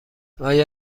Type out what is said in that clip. آیا